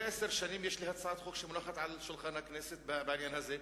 זה עשר שנים יש לי הצעת חוק שמונחת על שולחן הכנסת בעניין הזה.